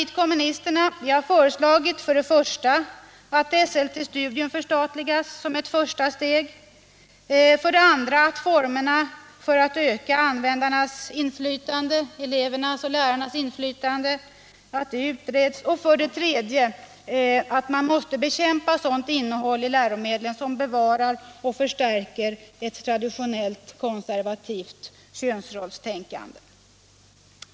2. att formerna för att öka användarnas, dvs. elevernas och lärarnas, inflytande utreds och 3. att sådant innehåll i läromedel som bevarar och förstärker ett traditionellt konservativt könsrollstänkande måste bekämpas.